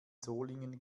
solingen